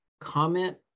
comment